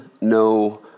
no